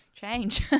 change